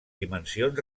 dimensions